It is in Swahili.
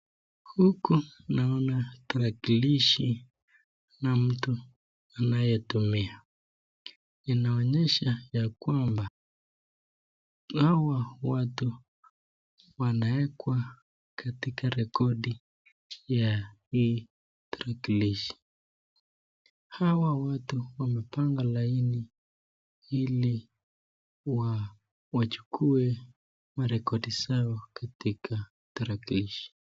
Huku naona tarakilishi na mtu anyetumia inaonyesha ya kwamba hawa watu wanawekwa katika rekodi ya hii tarakilishi. Hawa watu wamepanga laini ili wachukue marekodi zao katika tarakilishi.